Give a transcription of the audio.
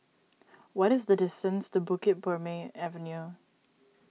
what is the distance to Bukit Purmei Avenue